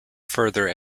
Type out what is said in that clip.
further